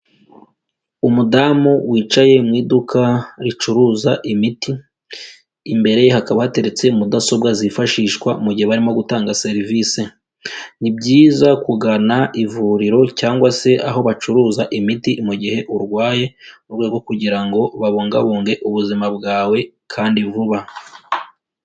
Umudamu wicaye mu iduka ricuruza imiti, imbere ye hakaba bateretse mudasobwa zifashishwa mu gihe barimo gutanga serivisi. Ni byiza kugana ivuriro cyangwa se aho bacuruza imiti mugihe urwaye, murwego kugira ngo babungabunge ubuzima bwawe kandi vuba.